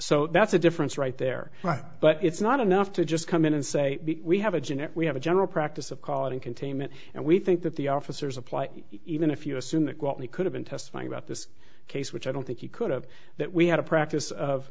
so that's a difference right there but it's not enough to just come in and say we have a generic we have a general practice of calling containment and we think that the officers apply even if you assume that what we could have been testifying about this case which i don't think you could have that we had a practice of